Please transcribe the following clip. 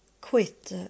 quit